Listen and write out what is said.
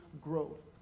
growth